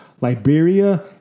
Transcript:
Liberia